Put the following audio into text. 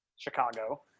Chicago